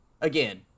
again